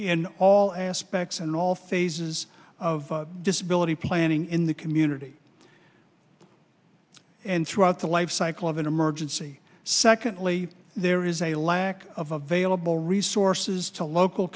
in all aspects in all phases of disability planning in the community and throughout the lifecycle of an emergency secondly there is a lack of available resources to local